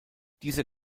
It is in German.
dieser